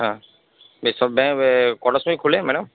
হ্যাঁ বেশ কটার সময় খোলে ম্যাডাম